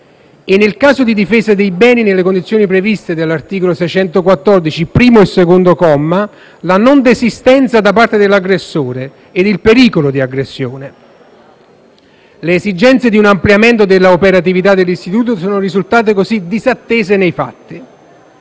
e, nel caso di difesa dei beni nelle condizioni previste dall'articolo 614, primo e secondo comma, la non desistenza da parte dell'aggressore ed il pericolo di aggressione. Le esigenze di un ampliamento dell'operatività dell'istituto sono risultate così disattese nei fatti.